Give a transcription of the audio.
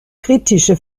kritische